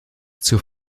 zur